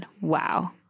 wow